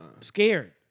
scared